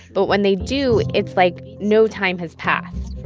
but when they do, it's like no time has passed.